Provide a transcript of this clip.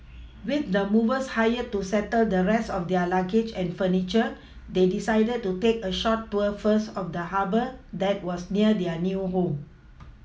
with the movers hired to settle the rest of their luggage and furniture they decided to take a short tour first of the Harbour that was near their new home